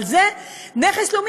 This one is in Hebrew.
אבל זה נכס לאומי.